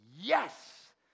yes